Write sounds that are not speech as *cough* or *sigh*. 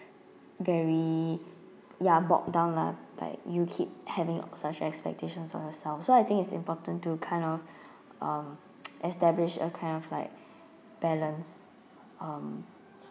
very ya bogged down lah like you keep having such expectations on yourself so I think it's important to kind of *breath* um *noise* establish a kind of like *breath* balance um